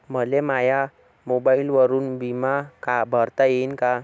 मले माया मोबाईलवरून बिमा भरता येईन का?